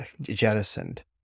jettisoned